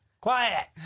Quiet